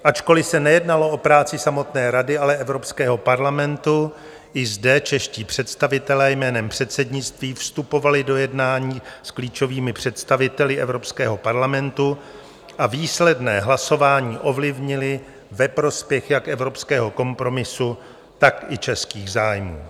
Ačkoli se nejednalo o práci samotné Rady, ale Evropského parlamentu, i zde čeští představitelé jménem předsednictví vstupovali do jednání s klíčovými představiteli Evropského parlamentu a výsledné hlasování ovlivnili ve prospěch jak evropského kompromisu, tak i českých zájmů.